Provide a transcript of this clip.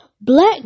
Black